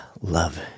love